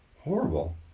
horrible